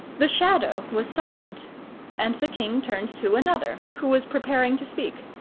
the shadow was silent and the king turned to another, who was preparing to speak.